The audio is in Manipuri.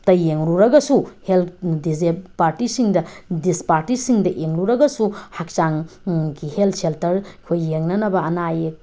ꯇ ꯌꯦꯡꯉꯨꯔꯨꯔꯒꯁꯨ ꯍꯦꯜ ꯄꯥꯔꯇꯤꯁꯤꯡꯗ ꯗꯤꯁ ꯄꯥꯔꯇꯤꯁꯤꯡꯗ ꯌꯦꯡꯂꯨꯔꯒꯁꯨ ꯍꯛꯆꯥꯡ ꯒꯤ ꯍꯦꯜ ꯁꯦꯟꯇꯔ ꯑꯩꯈꯣꯏ ꯌꯦꯡꯅꯅꯕ ꯑꯅꯥ ꯑꯌꯦꯛ